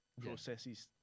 processes